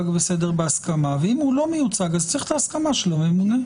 אז זה בהסכמה ואם לא אז צריך את ההסכמה של הממונה.